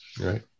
right